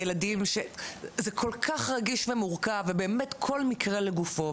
זה רגיש מאוד ומורכב ובאמת כל מקרה לגופו.